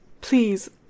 Please